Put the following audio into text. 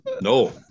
No